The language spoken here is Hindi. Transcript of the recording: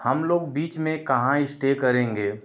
हम लोग बीच में कहाँ इस्टे करेंगे